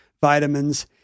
vitamins